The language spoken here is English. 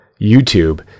YouTube